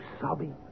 sobbing